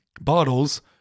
bottles